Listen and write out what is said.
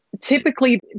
typically